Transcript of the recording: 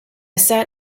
sat